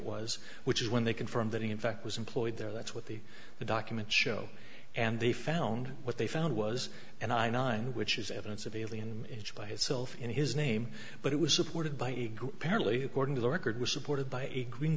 was which is when they confirmed that he in fact was employed there that's what the the documents show and they found what they found was and i nine which is evidence of alien by itself in his name but it was supported by a group errantly according to the record was supported by a green